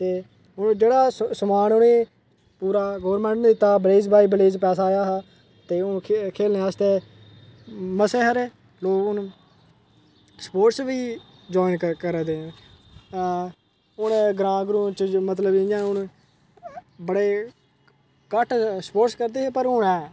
ते होर जेह्ड़ा समान उ'नें पूरा गौरमेंट ने दित्ता विलेज बाई विलेज पैसा आया हा ते हून खेल्लनै आस्तै मते हारे लोग न स्पोर्ट्स बी ज्वाइन करा दे न होर ग्रांऽ ग्रूं च मतलब हून बड़े घट्ट स्पोर्ट्स करदे हे पर हून ऐ